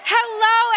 Hello